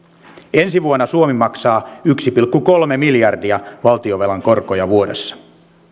ensi vuonna suomi maksaa yksi pilkku kolme miljardia valtionvelan korkoja vuodessa